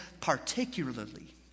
particularly